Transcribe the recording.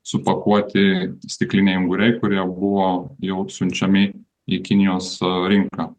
supakuoti stikliniai unguriai kurie buvo jau siunčiami į kinijos rinką